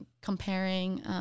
comparing